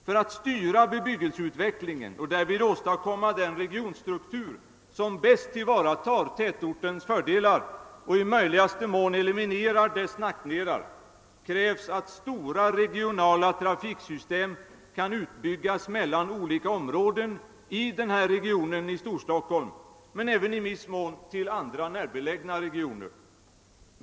För att styra bebyggelseutvecklingen och därvid åstadkomma den regionsstruktur, som bäst tillvaratar tätortens fördelar och i möjligaste mån eliminerar dess nackdelar, krävs att stora regionala trafiksystem kan utbyggas mellan områden i Storstockholmsregionen men även i viss mån till andra närbelägna regioner.